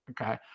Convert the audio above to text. Okay